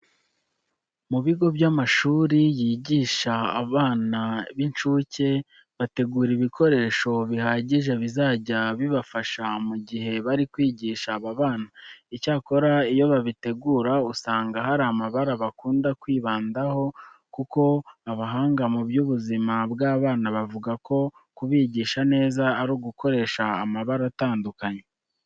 Mu bigo by'amashuri yigisha abana b'incuke bategura ibikoresho bihagije bizajya bibafasha mu gihe bari kwigisha aba bana. Icyakora iyo babitegura usanga hari amabara bakunda kwibandaho kuko abahanga mu by'ubuzima bw'abana bavuga ko kubigisha neza ari ugukoresha amabara atandukanye.